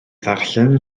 ddarllen